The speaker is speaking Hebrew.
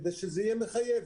כדי שזה יהיה מחייב,